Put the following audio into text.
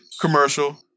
commercial